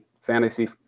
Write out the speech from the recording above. fantasy